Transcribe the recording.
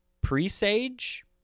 presage